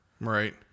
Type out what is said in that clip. Right